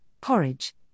porridge